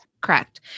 Correct